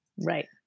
Right